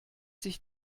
sich